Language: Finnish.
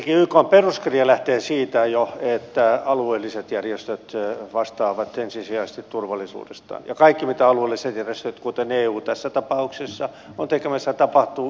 ensinnäkin ykn peruskirja lähtee siitä jo että alueelliset järjestöt vastaavat ensisijaisesti turvallisuudesta ja kaikki mitä alueelliset järjestöt kuten eu tässä tapauksessa ovat tekemässä tapahtuu ykn mandaatilla